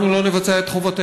אנחנו לא נבצע את חובתנו.